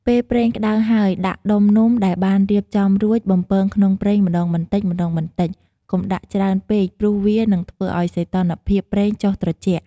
ពេលប្រេងក្ដៅហើយ ដាក់ដុំនំដែលបានរៀបចំរួច បំពងក្នុងប្រេងម្ដងបន្តិចៗ កុំដាក់ច្រើនពេកព្រោះវានឹងធ្វើឱ្យសីតុណ្ហភាពប្រេងចុះត្រជាក់។